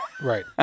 right